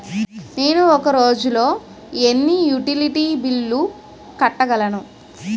నేను ఒక రోజుల్లో ఎన్ని యుటిలిటీ బిల్లు కట్టగలను?